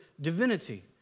divinity